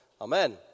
Amen